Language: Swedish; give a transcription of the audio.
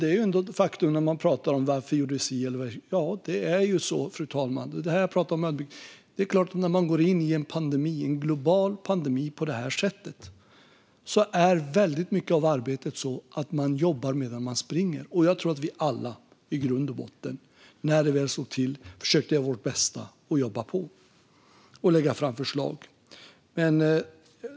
Men det är ändå faktum när vi pratar om varför vi gjorde på detta sätt. När man går in i en global pandemi på det här sättet blir väldigt mycket av arbetet sådant att man arbetar medan man springer. Jag tror att vi alla i grund och botten, när det väl slog till, försökte göra vårt bästa, jobba på och lägga fram förslag.